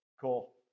Cool